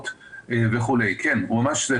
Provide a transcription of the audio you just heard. תנסו